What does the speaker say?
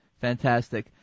Fantastic